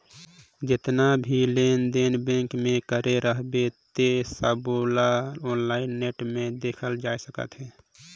जेतना भी लेन देन बेंक मे करे रहबे ते सबोला आनलाईन नेट बेंकिग मे देखल जाए सकथे